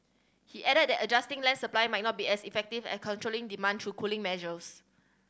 he added that adjusting land supply might not be as effective as controlling demand through cooling measures